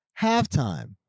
Halftime